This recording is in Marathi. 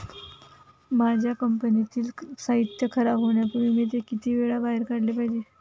माझ्या कंपनीतील साहित्य खराब होण्यापूर्वी मी ते किती वेळा बाहेर काढले पाहिजे?